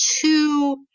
two